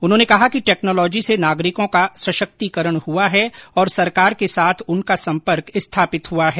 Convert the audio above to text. उन्होंने कहा कि टैक्नोलोजी से नागरिको का सशक्तिकरण हुआ है और सरकार के साथ उनका संपर्क स्थापित हुआ है